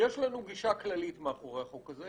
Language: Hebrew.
יש לנו גישה כללית מאחורי הכללית הזאת.